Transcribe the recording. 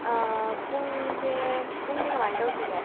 ꯄꯨꯡꯁꯦ ꯄꯨꯡꯗꯤ ꯀꯃꯥꯏꯅ ꯇꯧꯁꯤꯒꯦ